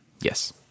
yes